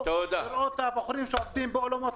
נעולה.